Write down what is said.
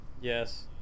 Yes